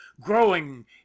growing